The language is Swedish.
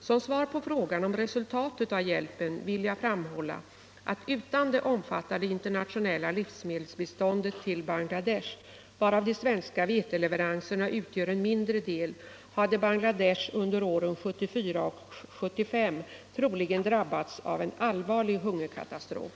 Som svar på frågan om resultatet av hjälpen vill jag framhålla att utan det omfattande internationella livsmedelsbiståndet till Bangladesh, varav de svenska veteleveranserna utgör en mindre del, hade Bangladesh under åren 1974 och 1975 troligen drabbats av en allvarlig hungerkatastrof.